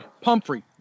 Pumphrey